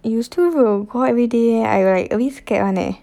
you still will go out everyday I will a bit scared [one] leh